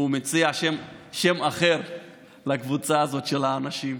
הוא מציע שם אחר לקבוצה הזאת של האנשים,